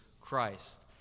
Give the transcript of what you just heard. Christ